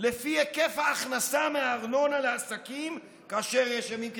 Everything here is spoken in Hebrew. לפי היקף ההכנסה מארנונה לעסקים כאשר יש ימים כתיקונם,